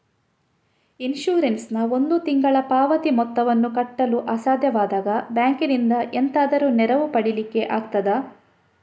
Insurance ನ ಒಂದು ತಿಂಗಳ ಪಾವತಿ ಮೊತ್ತವನ್ನು ಕಟ್ಟಲು ಅಸಾಧ್ಯವಾದಾಗ ಬ್ಯಾಂಕಿನಿಂದ ಎಂತಾದರೂ ನೆರವು ಪಡಿಲಿಕ್ಕೆ ಆಗ್ತದಾ?